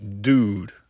dude